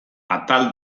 atal